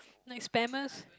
like spammers